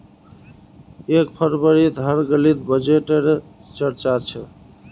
एक फरवरीत हर गलीत बजटे र चर्चा छ